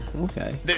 Okay